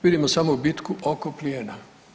Vidimo samo bitku oko plijena.